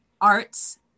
Arts